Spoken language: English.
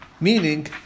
meaning